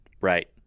right